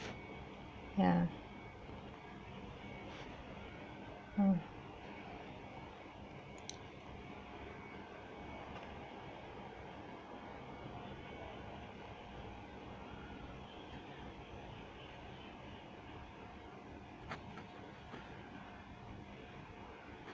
ya mm